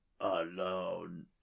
alone